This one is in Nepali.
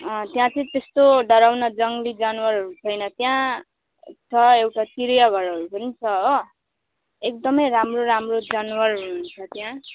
त्यहाँ चाहिँ त्यस्तो डराउने जङ्गली जनावरहरू छैन त्यहाँ छ एउटा चिडियाघरहरू पनि छ हो एकदमै राम्रो राम्रो जनावरहरू हुन्छ त्यहाँ